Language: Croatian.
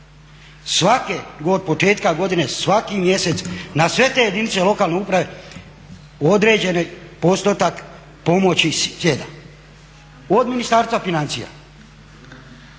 Svake, od početka godine svaki mjesec na sve te jedinice lokalne uprave određeni postotak pomoći sjeda od Ministarstva financija.